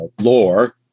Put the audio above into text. lore